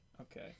Okay